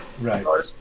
Right